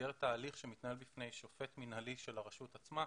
במסגרת ההליך שמתנהל בפני שופט מינהלי של הרשות עצמה,